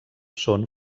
són